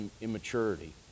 immaturity